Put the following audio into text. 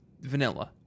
vanilla